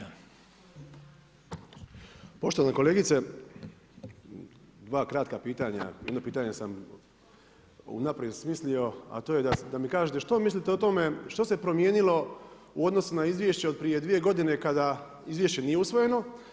Poštovana kolegice, dva kratka pitanja, jedno pitanje sam unaprijed smislio a to je da mi kažete što mislite o tome što se promijenilo u odnosu na izvješće od prije 2 godine kada izvješće nije usvojeno.